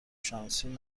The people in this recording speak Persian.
شانسی